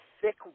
thick